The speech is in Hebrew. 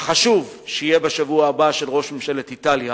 החשוב שיהיה בשבוע הבא, של ראש ממשלת איטליה,